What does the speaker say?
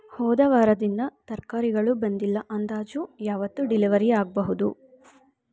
ಹೋದ ವಾರದಿಂದ ತರಕಾರಿಗಳು ಬಂದಿಲ್ಲ ಅಂದಾಜು ಯಾವತ್ತು ಡಿಲೆವರಿ ಆಗಬಹುದು